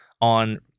on